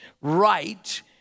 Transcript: right